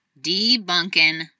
debunking